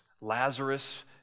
Lazarus